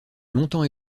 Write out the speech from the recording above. longtemps